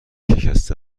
شکسته